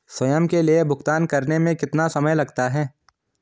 स्वयं के लिए भुगतान करने में कितना समय लगता है?